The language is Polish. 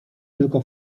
tylko